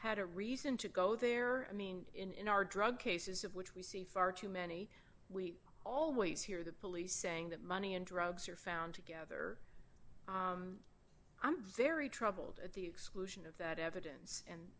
had a reason to go there i mean in our drug cases of which we see far too many we always hear the police saying that money and drugs are found together i'm very troubled at the exclusion of that evidence and